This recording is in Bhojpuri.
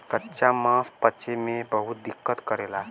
कच्चा मांस पचे में बहुत दिक्कत करेला